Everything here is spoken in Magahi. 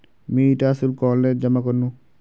मी इटा शुल्क ऑनलाइन जमा करनु